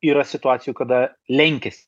yra situacijų kada lenkias